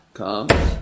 comes